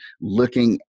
looking